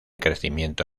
crecimiento